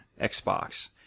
Xbox